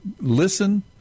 listen